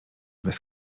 bez